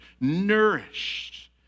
nourished